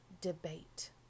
debate